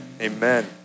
amen